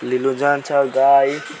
लिनु जान्छ गाई